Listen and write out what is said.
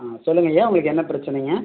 ஆ சொல்லுங்கய்யா உங்களுக்கு என்ன பிரச்சனைங்க